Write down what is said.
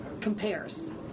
compares